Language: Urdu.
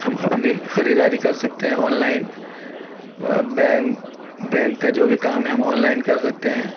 ہم اپنی خریداری کر سکتے ہیں آن لائن بینک کا جو بھی کام ہے ہم آن لائن کر سکتے ہیں